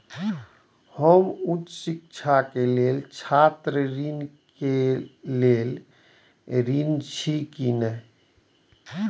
हम उच्च शिक्षा के लेल छात्र ऋण के लेल ऋण छी की ने?